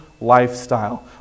lifestyle